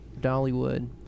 Dollywood